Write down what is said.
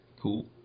Cool